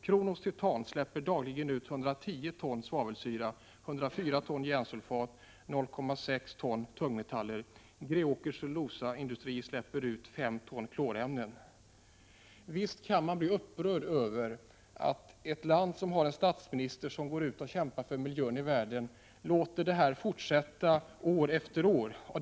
—- Kronos Titan släpper dagligen ut 110 ton svavelsyra, 104 ton järnsulfat och 0,6 ton tungmetaller. — Greåkers cellulosaindustri släpper dagligen ut 5 ton klorämnen. Visst kan man bli upprörd över att ett land som har en statsminister som går ut och kämpar för miljön i världen låter detta fortsätta år efter år.